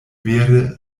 vere